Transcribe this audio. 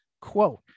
quote